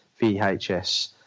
vhs